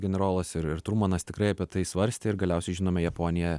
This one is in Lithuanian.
generolas ir ir trumanas tikrai apie tai svarstė ir galiausiai žinome japonija